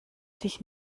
dich